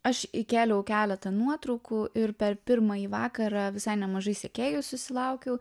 aš įkėliau keletą nuotraukų ir per pirmąjį vakarą visai nemažai sekėjų susilaukiau